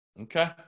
okay